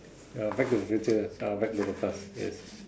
ya back to the future ah back to the past yes